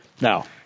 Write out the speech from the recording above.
Now